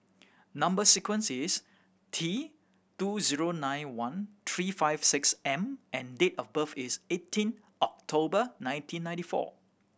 number sequence is T two zero nine one three five six M and date of birth is eighteen October nineteen ninety four